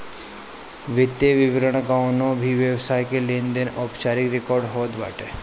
वित्तीय विवरण कवनो भी व्यवसाय के लेनदेन के औपचारिक रिकार्ड होत बाटे